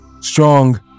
strong